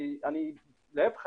להיפך,